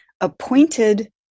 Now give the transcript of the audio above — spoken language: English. appointed